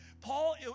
Paul